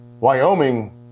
Wyoming